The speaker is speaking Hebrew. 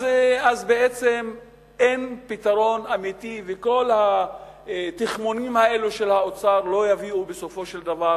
בעצם אין פתרון אמיתי וכל התכמונים האלה של האוצר לא יביאו בסופו של דבר